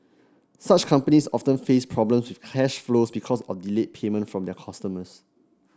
such companies often face problems with cash flow because of delayed payment from their customers